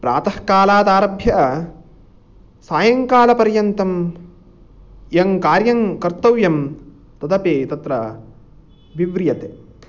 प्रातःकालादारभ्य सायङ्कालपर्यन्तं यत्कार्यं कर्तव्यं तदपि तत्र विव्रियते